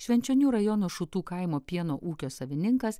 švenčionių rajono šutų kaimo pieno ūkio savininkas